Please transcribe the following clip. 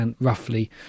roughly